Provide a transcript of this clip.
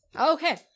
Okay